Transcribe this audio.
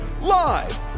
Live